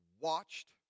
watched